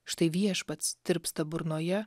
štai viešpats tirpsta burnoje